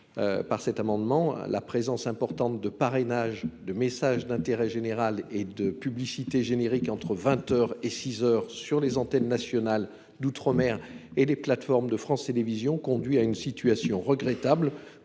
Par cet amendement. La présence importante de parrainages de messages d'intérêt général et de publicité générique entre 20h et 6h sur les antennes nationales d'outre-mer et les plateformes de France Télévisions conduit à une situation regrettable.